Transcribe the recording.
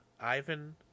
Ivan